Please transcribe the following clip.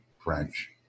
French